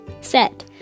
set